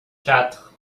quatre